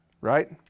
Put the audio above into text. right